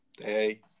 hey